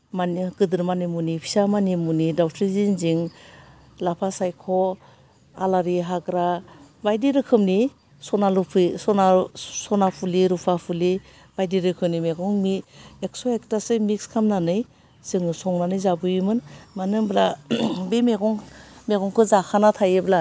मानइयो गोदोर मानि मुनि फिसा मानि मुनि दाउस्रि जिनजिं लाफा सायख' आलारि हाग्रा बायदि रोखोमनि सनालु फै सना सनाफुलि रुफाफुलि बायदि रोखोमनि मेगं मि एकस' एकथासो मिक्स खालामनानै जोङो संनानै जाबोयोमोन मानो होमब्रा बे मेगं मेगंखो जाखाना थायोब्ला